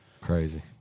Crazy